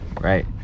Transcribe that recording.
right